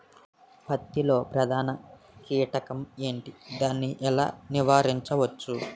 పత్తి లో ప్రధాన కీటకం ఎంటి? దాని ఎలా నీవారించచ్చు?